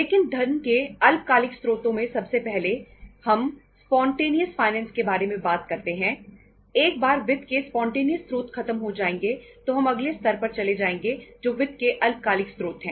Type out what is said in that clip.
लेकिन धन के अल्पकालिक स्रोतों में सबसे पहले हम स्पॉन्टेनियस फाइनेंस के बारे में बात करते हैं एक बार वित्त के स्पॉन्टेनियस स्त्रोत खत्म हो जाएंगे तो हम अगले स्तर पर चले जाएंगे जो वित्त के अल्पकालिक स्रोत है